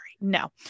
no